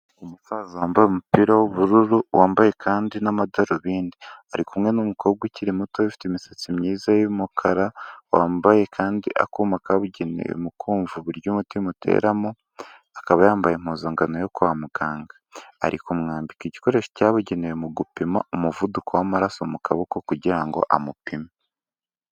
Umusaza wambaye umupira wubururu wambaye kandi n'amadarubindi arikumwe n'umukobwa ukiri muto ufite imisatsi myiza y'umukara wambaye kandi akuma kabugenewe mu kumva uburyo umutima uteramo akaba yambaye impuzankano yo kwa muganga arik. kumwambika igikoresho cyabugenewe mu gupima umuvuduko w'amaraso mu kaboko kugira ngo amupime.